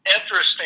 interesting